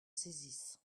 saisisse